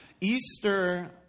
Easter